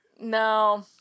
No